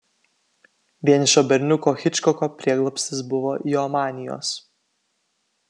vienišo berniuko hičkoko prieglobstis buvo jo manijos